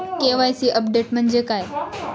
KYC update म्हणजे काय?